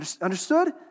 Understood